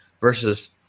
versus